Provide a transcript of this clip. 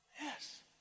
Yes